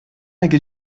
اگه